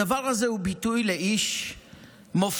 הדבר הזה הוא ביטוי לאיש מופת,